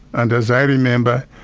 and as i remember,